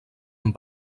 amb